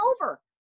over